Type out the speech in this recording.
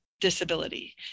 disability